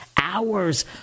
hours